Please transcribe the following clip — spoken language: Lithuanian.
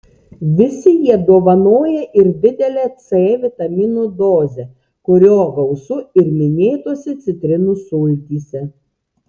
visi jie dovanoja ir didelę c vitamino dozę kurio gausu ir minėtose citrinų sultyse